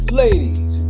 ladies